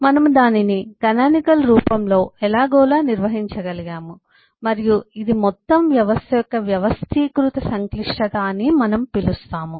మనము దానిని కానానికల్ రూపంలో ఎలాగోలా నిర్వహించగలిగాము మరియు ఇది మొత్తం వ్యవస్థ యొక్క వ్యవస్థీకృత సంక్లిష్టత అని మనము పిలుస్తాము